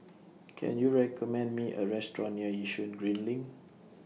Can YOU recommend Me A Restaurant near Yishun Green LINK